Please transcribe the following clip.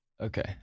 Okay